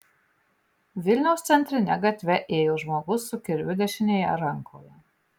vilniaus centrine gatve ėjo žmogus su kirviu dešinėje rankoje